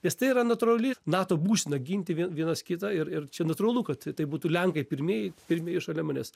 nes tai yra natūrali nato būsena ginti vie vienas kitą ir ir čia natūralu kad tai būtų lenkai pirmieji pirmieji šalia manęs